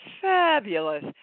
Fabulous